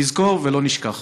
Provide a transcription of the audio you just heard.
נזכור ולא נשכח.